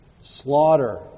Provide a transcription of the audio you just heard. Slaughter